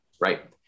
right